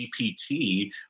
GPT